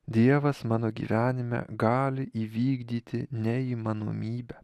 dievas mano gyvenime gali įvykdyti neįmanomybę